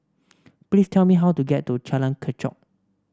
please tell me how to get to Jalan Kechot